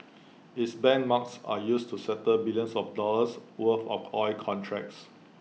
its benchmarks are used to settle billions of dollars worth of oil contracts